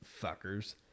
fuckers